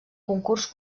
concurs